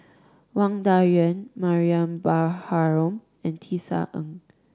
Wang Dayuan Mariam Baharom and Tisa Ng